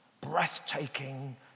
breathtaking